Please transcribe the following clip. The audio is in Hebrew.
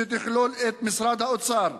שתכלול את משרד האוצר,